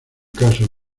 caso